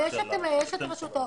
יש את רשות האוכלוסין.